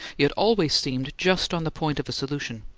yet always seemed just on the point of a solution.